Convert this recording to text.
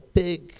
big